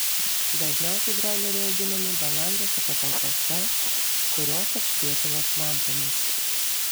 dažniausiai broileriai auginami belangėse patalpose kurios apšviečiamos lempomis